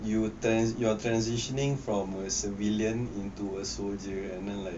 you will trans~ your transitioning from a civilian into a soldier and then like